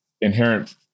inherent